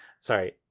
sorry